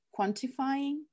quantifying